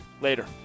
later